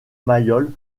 mayol